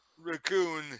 raccoon